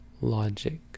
logic